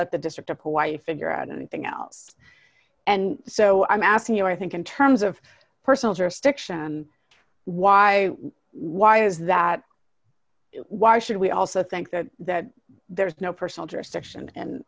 let the district of hawaii figure out anything else and so i'm asking you i think in terms of personal jurisdiction why why is that why should we also think that there is no personal jurisdiction